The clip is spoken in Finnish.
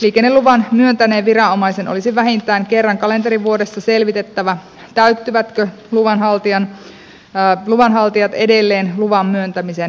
liikenneluvan myöntäneen viranomaisen olisi vähintään kerran kalenterivuodessa selvitettävä täyttävätkö luvanhaltijat edelleen luvan myöntämisen edellytykset